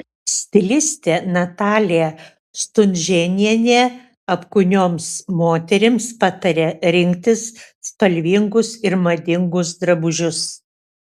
stilistė natalija stunžėnienė apkūnioms moterims pataria rinktis spalvingus ir madingus drabužius